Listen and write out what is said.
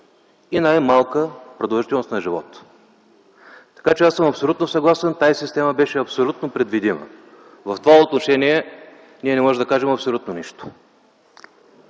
и най-малка продължителност на живот, така че аз съм съгласен – тази система беше абсолютно предвидима. В това отношение не можем да кажем абсолютно нищо.